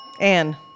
Anne